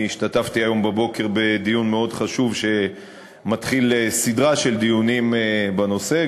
אני השתתפתי היום בבוקר בדיון מאוד חשוב שמתחיל סדרה של דיונים בנושא.